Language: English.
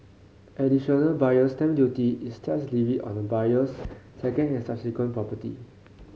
additional Buyer's Stamp Duty is tax levied on a buyer's second and subsequent property